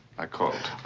i called.